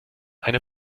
eine